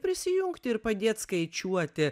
prisijungti ir padėt skaičiuoti